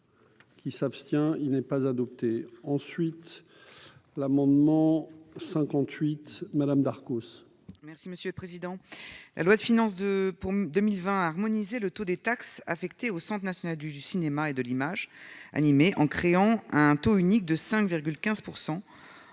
Qui s'abstient, il n'est pas adopté ensuite l'amendement 58 madame Darcos. Merci monsieur le président, la loi de finances 2 pour 2020 harmoniser le taux des taxes affectées au Centre national du cinéma et de l'image animée, en créant un taux unique de 5 15